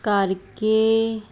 ਕਰਕੇ